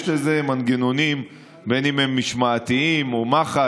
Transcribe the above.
יש לזה מנגנונים, בין אם הם משמעתיים או מח"ש.